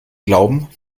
glauben